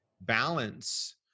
balance